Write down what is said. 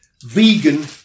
vegan